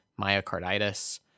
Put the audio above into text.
myocarditis